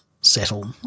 settle